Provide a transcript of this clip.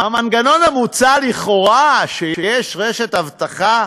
המנגנון המוצע לכאורה, שיש רשת אבטחה,